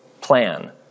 plan